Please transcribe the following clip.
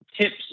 tips